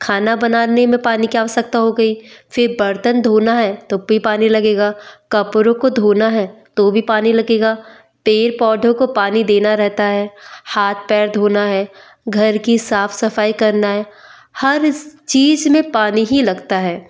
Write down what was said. खाना बनाने में पानी की आवश्यकता हो गई फिर बर्तन धोना है तो फिर पानी लगेगा कपड़ों को धोना है तो भी पानी लगेगा पेड़ पौधों को पानी देना रहता है हाथ पैर धोना है घर की साफ़ सफ़ाई करना है हर चीज़ में पानी ही लगता है